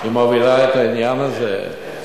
היא מובילה את העניין הזה?